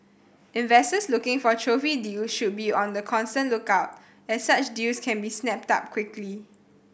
investors looking for trophy deal should be on the constant lookout as such deals can be snapped up quickly